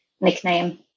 nickname